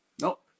Nope